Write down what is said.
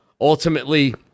ultimately